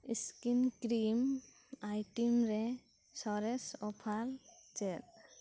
skin cream item ᱨᱮ ᱥᱚᱨᱮᱥ offer ᱪᱮᱫ